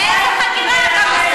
איזה חקירה?